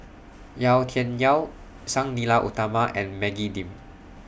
Yau Tian Yau Sang Nila Utama and Maggie Lim